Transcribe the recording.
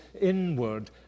inward